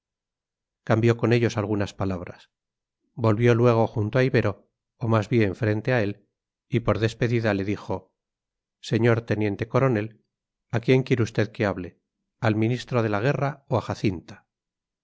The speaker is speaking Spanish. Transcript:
cambió con ellos algunas palabras volvió luego junto a ibero o más bien frente a él y por despedida le dijo señor teniente coronel a quién quiere usted que hable al ministro de la guerra o a jacinta